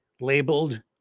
labeled